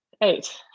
eight